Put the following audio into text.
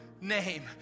name